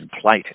Plate